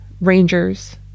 Rangers